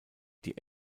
die